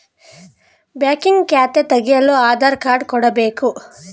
banking ಖಾತೆ ತೆಗೆಯಲು Aadhaar card ಕೊಡಬೇಕು